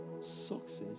Success